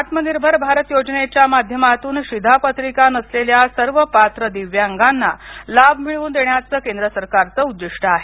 आत्मनिर्भर भारत योजनेच्या माध्यमातून शिधापत्रिका नसलेल्या सर्व पात्र दिव्यांगांना लाभ मिळवून देण्याचं केंद्र सरकारचं उद्दिष्ट आहे